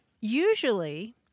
Usually